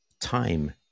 time